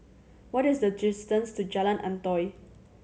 what is the distance to Jalan Antoi